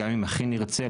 גם אם הכי נרצה,